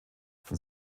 von